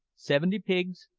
seventy pigs,